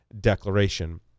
declaration